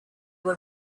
were